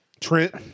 Trent